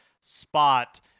spot